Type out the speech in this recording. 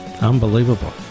Unbelievable